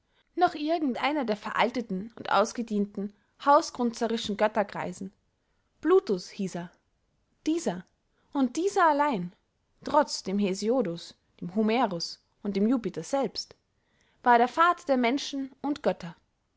noch irgend einer der veralteten und ausgedienten hausgrunzerischen göttergreisen plutus hieß er dieser und dieser allein trotz dem hesiodus dem homerus und dem jupiter selbst war der vater der menschen und götter